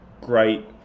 great